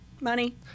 money